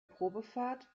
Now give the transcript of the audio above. probefahrt